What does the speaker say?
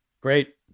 Great